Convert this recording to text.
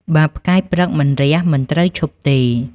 បើផ្កាយព្រឹកមិនរះមិនត្រូវឈប់ទេ»